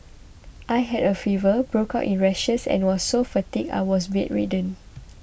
I had a fever broke out in rashes and was so fatigued I was bedridden